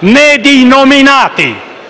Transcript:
né di innominati